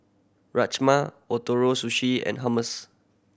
Rajma Ootoro Sushi and Hummus